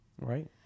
Right